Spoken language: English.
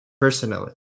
personally